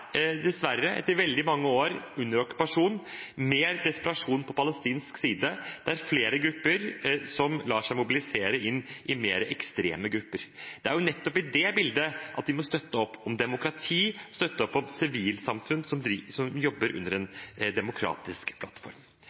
mer desperasjon på palestinsk side, der flere lar seg mobilisere inn i mer ekstreme grupper. Det er nettopp i det bildet vi må støtte opp om demokrati, støtte opp om sivilsamfunn som jobber under en demokratisk plattform.